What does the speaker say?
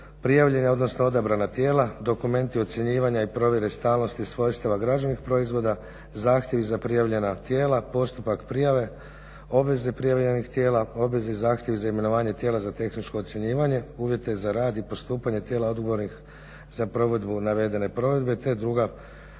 prijavljena tijela, postupak prijave, obveze prijavljenih tijela, obveze i zahtjevi za prijavljena tijela, postupak prijave, obveze prijavljenih tijela, obvezi i zahtjev za imenovanje tijela za tehničko ocjenjivanje, uvjete za rad i postupanje tijela odgovornih za provedbu navedene provedbe. Te druga